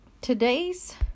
today's